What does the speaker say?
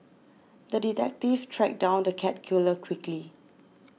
the detective tracked down the cat killer quickly